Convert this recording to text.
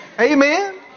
Amen